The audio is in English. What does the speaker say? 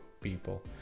people